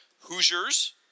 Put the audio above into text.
Hoosiers